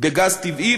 בגז טבעי,